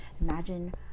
imagine